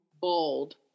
Bold